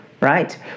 Right